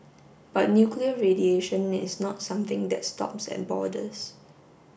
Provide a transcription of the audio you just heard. but nuclear radiation is not something that stops at borders